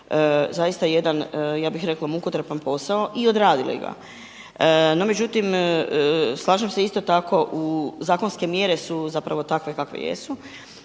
zaista jedan, ja bih rekao mukotrpan posao i odradili ga. No međutim, slažem se isto tako, zakonske mjere su zapravo takve kakve jesu.